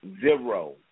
zero